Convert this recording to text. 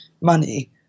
money